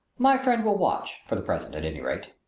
my friend will watch for the present, at any rate.